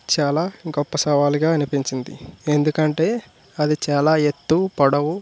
చాలా గొప్ప సవాలుగా అనిపించింది ఎందుకంటే అది చాలా ఎత్తు పొడవు